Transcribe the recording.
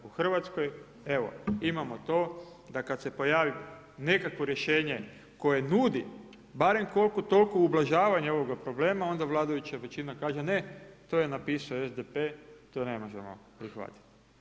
U Hrvatskoj imamo to da kada se pojavi nekakvo rješenje koje nudi barem koliko toliko ublažavanje ovoga problema onda vladajuća većina kaže ne, to je napisao SDP to ne možemo prihvatiti.